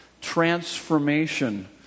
transformation